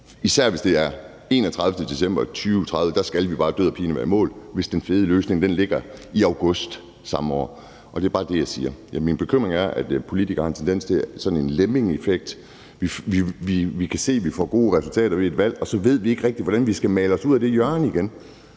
sådan, at den 31. december 2030 skal vi død og pine være i mål, men den fede løsning ligger i august samme år. Det er bare det, jeg siger. Men min bekymring er, at politikere har en tendens til sådan en lemmingeeffekt; vi kan se, at vi får gode resultater ved et valg, og så ved vi ikke rigtig, hvordan vi skal male os ud af det hjørne igen.